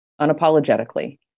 unapologetically